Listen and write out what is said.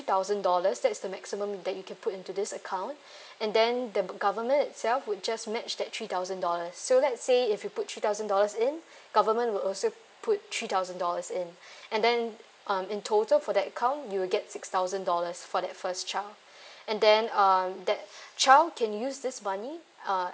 thousand dollars that is the maximum that you can put into this account and then the boo~ government itself would just match that three thousand dollars so let's say if you put three thousand dollars in government would also put three thousand dollars in and then um in total for that account you'll get six thousand dollars for that first child and then um that child can use this money uh